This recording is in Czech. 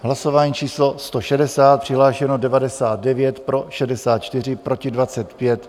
Hlasování číslo 160, přihlášeno 99, pro 64, proti 25.